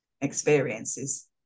experiences